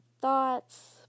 thoughts